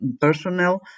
personnel